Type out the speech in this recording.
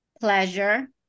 pleasure